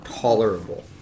tolerable